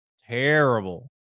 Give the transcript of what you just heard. terrible